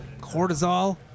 Cortisol